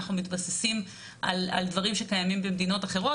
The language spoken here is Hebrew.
אנחנו מתבססים על דברים שקיימים במדינות אחרות